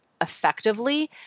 effectively